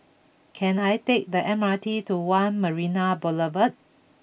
can I take the M R T to One Marina Boulevard